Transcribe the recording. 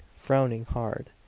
frowning hard.